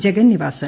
Jagannivasan